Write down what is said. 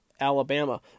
Alabama